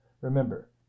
remember